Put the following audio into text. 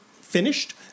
finished